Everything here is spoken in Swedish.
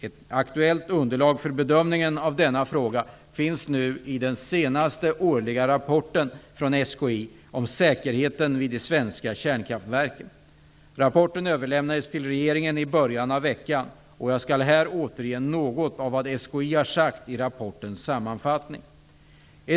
Ett aktuellt underlag för bedömning av denna fråga finns nu i den senaste årliga rapporten från SKI om säkerheten vid de svenska kärnkraftsverken. Rapporten överlämnades till regeringen i början av veckan, och jag skall här återge något av vad SKI har sagt i rapportens sammanfattning.